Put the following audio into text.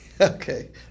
Okay